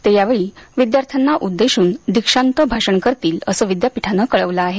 ते यावेळी विद्यार्थ्यांना उद्देशून दीक्षांत भाषण करतील असं विद्यापीठानं कळवलं आहे